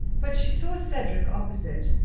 but she saw cedric opposite,